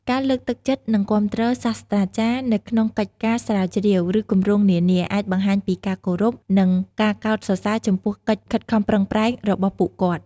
ការលើកទឹកចិត្តនិងគាំទ្រសាស្រ្តាចារ្យនៅក្នុងកិច្ចការស្រាវជ្រាវ ឬគម្រោងនានា អាចបង្ហាញពីការគោរព និងការកោតសរសើរចំពោះកិច្ចខិតខំប្រឹងប្រែងរបស់ពួកគាត់។